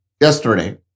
yesterday